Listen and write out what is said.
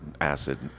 acid